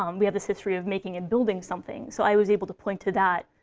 um we have this history of making and building something. so i was able to point to that,